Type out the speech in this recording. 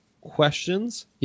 questions